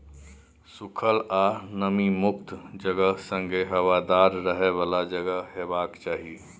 सुखल आ नमी मुक्त जगह संगे हबादार रहय बला जगह हेबाक चाही